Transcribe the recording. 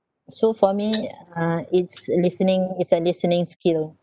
so for me uh it's listening it's uh listening skill